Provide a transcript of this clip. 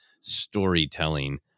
storytelling